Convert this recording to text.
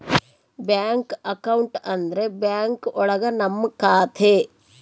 bank account ಅಂದ್ರೆ bank ಒಳಗ ನಮ್ ಖಾತೆ